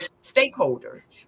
stakeholders